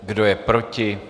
Kdo je proti?